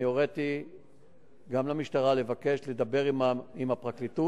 אני הוריתי גם למשטרה לבקש לדבר עם הפרקליטות